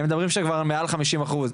הם מדברים שם על כבר מעל 50 אחוזים.